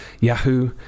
Yahoo